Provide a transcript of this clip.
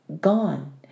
gone